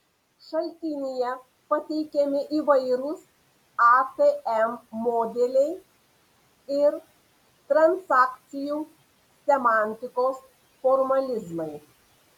šaltinyje pateikiami įvairūs atm modeliai ir transakcijų semantikos formalizmai